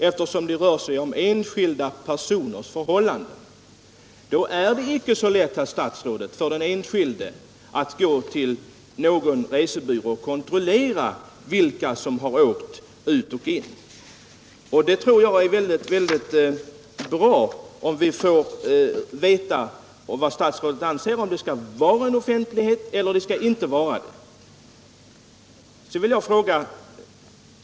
eftersom det rör sig om enskilda personers förhållanden.” Då är det inte så lätt, herr statsråd, för den enskilde att gå till någon resebyrå och kontroilera vilka som har rest ut och in. Det vore väldigt bra att få veta om statsrådet anser att det i detta fall skall råda offentlighet.